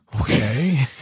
Okay